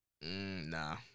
Nah